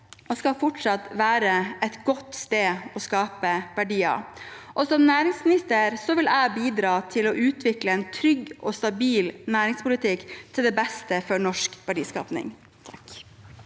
og skal fortsatt være et godt sted å skape verdier. Som næringsminister vil jeg bidra til å utvikle en trygg og stabil næringspolitikk til det beste for norsk verdiskaping.